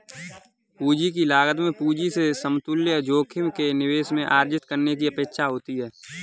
पूंजी की लागत में पूंजी से समतुल्य जोखिम के निवेश में अर्जित करने की अपेक्षा होती है